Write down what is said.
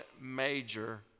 major